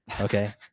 okay